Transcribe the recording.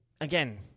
again